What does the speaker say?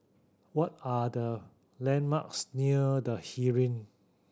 what are the landmarks near The Heeren